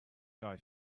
guy